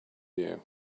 you